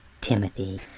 Timothy